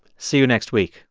see you next week